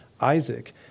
Isaac